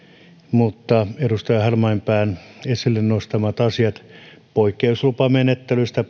mutta toivoisin että edustaja halmeenpään esille nostamia asioita poikkeuslupamenettelystä